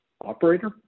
Operator